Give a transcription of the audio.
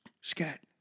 Scat